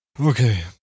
Okay